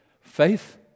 Faith